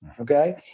Okay